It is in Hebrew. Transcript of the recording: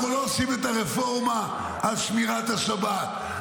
אנחנו לא עושים את הרפורמה על שמירת השבת,